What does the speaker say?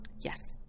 yes